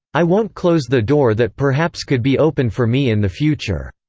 i won't close the door that perhaps could be open for me in the future.